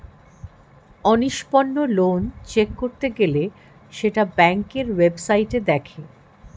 অনিষ্পন্ন loan check করতে গেলে সেটা ব্যাংকের ওয়েবসাইটে দেখে